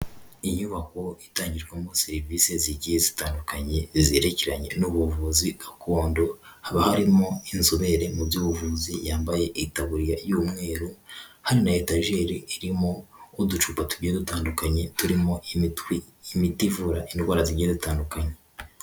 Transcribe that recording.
Inyubako itangirwamo serivisi zigiye zitandukanye, zirekeranye n'ubuvuzi gakondo, haba harimo inzobere mu by'ubuvuzi yambaye itaburiya y'umweru hari na etageri irimo uducupa tugiye dutandukanye turimo imitwe y'imiti ivura indwara zigeye zitandukanye.